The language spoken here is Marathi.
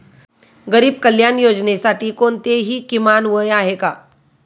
गरीब कल्याण योजनेसाठी कोणतेही किमान वय आहे का?